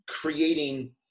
creating